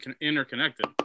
interconnected